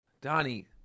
Donnie